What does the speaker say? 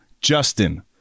Justin